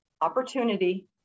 opportunity